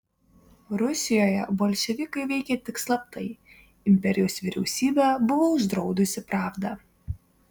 rusijoje bolševikai veikė tik slaptai imperijos vyriausybė buvo uždraudusi pravdą